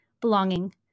belonging